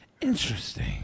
Interesting